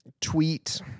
tweet